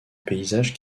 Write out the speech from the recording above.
paysage